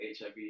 HIV